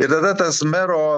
ir tada tas mero